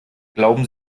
glauben